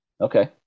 Okay